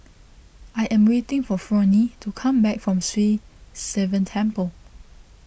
I am waiting for Fronnie to come back from Sri Sivan Temple